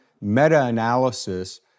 meta-analysis